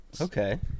Okay